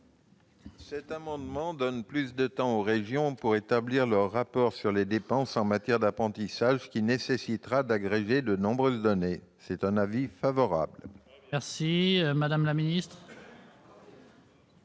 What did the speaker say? Cet amendement vise à donner plus de temps aux régions pour établir leur rapport sur les dépenses en matière d'apprentissage, qui nécessitera d'agréger de nombreuses données. L'avis est favorable. Très bien ! Quel